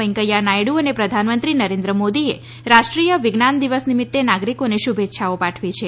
વૈકેંયા નાયડુ અને પ્રધાનમંત્રી નરેન્દ્ર મોદીએ રાષ્ટ્રીય વિજ્ઞાન દિવસ નિમિત્તે નાગરિકોને શુભેચ્છાઓ પાઠવી છે